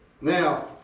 Now